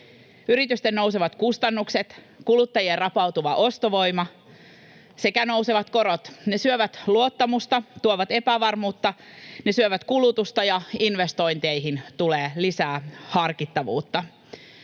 Yritysten nousevat kustannukset, kuluttajien rapautuva ostovoima sekä nousevat korot, ne syövät luottamusta, tuovat epävarmuutta, ne syövät kulutusta, ja investointeihin tulee lisää harkittavuutta.